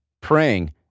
praying